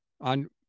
on